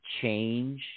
change